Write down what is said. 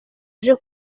aje